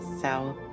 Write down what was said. south